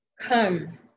Come